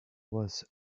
was